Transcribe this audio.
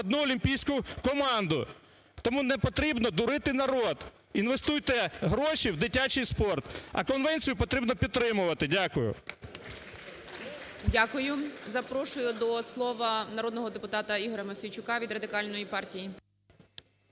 одну олімпійську команду. Тому не потрібно дурити народ, інвестуйте гроші в дитячий спорт. А конвенцію потрібно підтримувати. Дякую. ГОЛОВУЮЧИЙ. Дякую. Запрошую до слова народного депутата Ігоря Мосійчука від Радикальної партії.